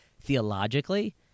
theologically